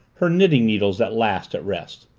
her knitting needles at last at rest.